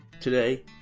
Today